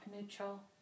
neutral